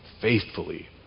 faithfully